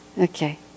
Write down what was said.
Okay